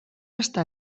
està